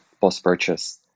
post-purchase